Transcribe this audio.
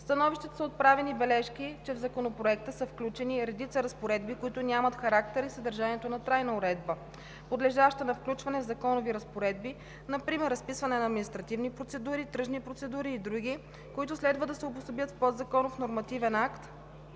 становищата са отправени бележки, че в Законопроекта са включени редица разпоредби, които нямат характер и съдържание на трайна уредба, подлежаща на включване в законови разпоредби, например разписване на административни процедури, тръжни процедури и други, които следва да се обособят в подзаконов нормативен акт,